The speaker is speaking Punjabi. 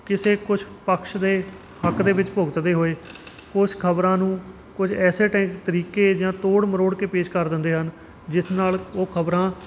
ਕਿਸੇ ਕੁਛ ਪਕਸ਼ ਦੇ ਹੱਕ ਦੇ ਵਿੱਚ ਭੁਗਤਦੇ ਹੋਏ ਕੁਛ ਖ਼ਬਰਾਂ ਨੂੰ ਕੁਝ ਐਸੇ ਟੈ ਤਰੀਕੇ ਜਾਂ ਤੋੜ ਮਰੋੜ ਕੇ ਪੇਸ਼ ਕਰ ਦਿੰਦੇ ਹਨ ਜਿਸ ਨਾਲ ਉਹ ਖ਼ਬਰਾਂ